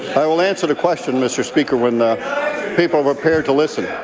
i will answer the question, mr. speaker, when the people are prepared to listen.